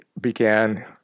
began